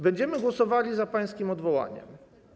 Będziemy głosowali za pańskim odwołaniem.